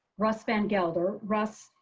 russ van gelder. russ,